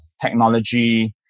technology